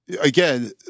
again